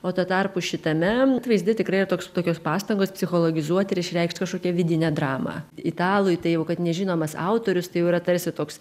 o tuo tarpu šitame atvaizde tikrai toks tokios pastangos psichologizuoti ir išreikšt kažkokią vidinę dramą italui tai kad nežinomas autorius tai jau yra tarsi toks